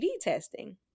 testing